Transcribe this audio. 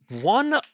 one